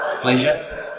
Pleasure